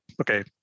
okay